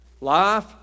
Life